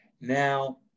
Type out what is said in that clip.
now